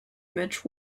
much